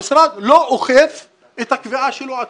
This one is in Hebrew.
המשרד לא אוכף את הקביעה שלו עצמו.